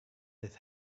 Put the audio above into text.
his